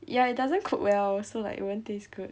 ya it doesn't cook well so like it won't taste good